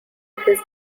his